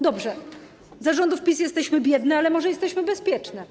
Dobrze, za rządów PiS jesteśmy biedne, ale może jesteśmy bezpieczne?